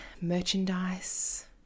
merchandise